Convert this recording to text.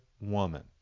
woman